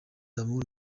d’amour